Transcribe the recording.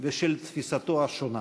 בשל תפיסתו השונה.